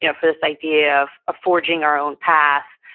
you know for this idea of ah forging our own path,